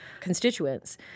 constituents